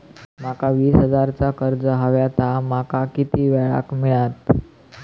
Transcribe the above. माका वीस हजार चा कर्ज हव्या ता माका किती वेळा क मिळात?